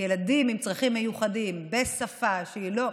כי ילדים עם צרכים מיוחדים בשפה שהיא לא,